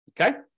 Okay